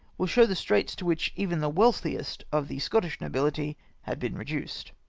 will show the straits to which even the wealthiest of the scottish nobihty had been reduced.